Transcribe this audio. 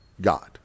God